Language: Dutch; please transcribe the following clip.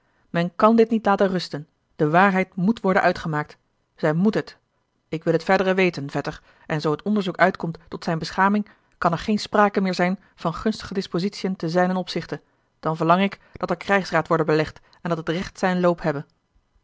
men kan dit niet laten rusten de waarheid moet worden uitgemaakt zij moet het ik wil het verdere weten vetter en zoo het onderzoek uitkomt tot zijne beschaming kan er geene sprake meer zijn van gunstige dispositiën te zijnen opzichte dan verlang ik dat er krijgsraad worde belegd en dat het recht zijn loop hebbe